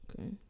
Okay